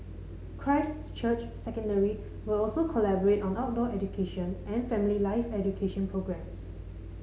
Christ Church Secondary will also collaborate on outdoor education and family life education programmes